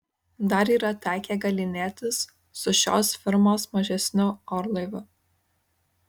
dar yra tekę galynėtis su šios firmos mažesniu orlaiviu